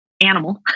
animal